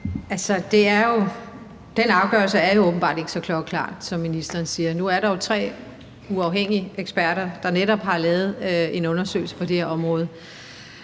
den afgørelse er jo åbenbart ikke så klokkeklar, som ministeren siger. Nu er der jo tre uafhængige eksperter, der netop har lavet en undersøgelse på det her område,